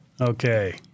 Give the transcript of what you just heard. Okay